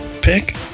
pick